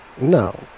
no